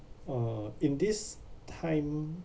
uh in this time